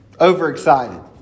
overexcited